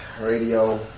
radio